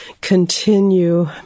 continue